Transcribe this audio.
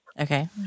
Okay